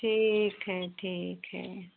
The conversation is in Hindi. ठीक है ठीक है